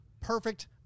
perfect